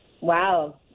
Wow